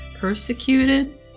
Persecuted